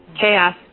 chaos